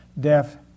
death